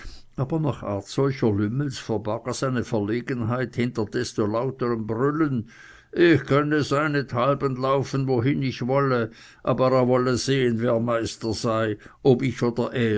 aber nach art solcher lümmels verbarg er seine verlegenheit hinter desto lauterem brüllen ich könne seinethalben laufen wohin ich wolle aber er wolle sehen wer meister sei ob ich oder